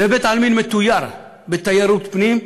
זה בית-עלמין מתויר בתיירות פנים,